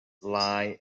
lie